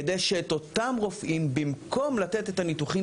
כדי שאת אותם רופאים במקום לתת את הניתוחים